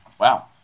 Wow